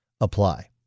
apply